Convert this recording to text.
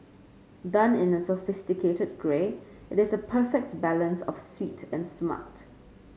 done in a sophisticated grey it is a perfect balance of sweet and smart